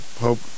hope